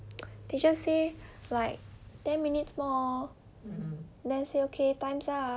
they just say like ten minutes more then say okay time's up